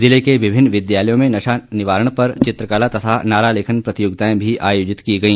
जिले के विभिन्न विद्यालयों में नशा निवारण पर चित्रकला तथा नारा लेखन प्रतियोगिताएं भी आयोजित की गई